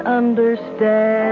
understand